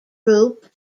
group